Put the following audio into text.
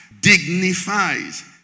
dignifies